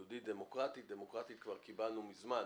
יהודית דמוקרטית, דמוקרטית כבר קיבלנו מזמן.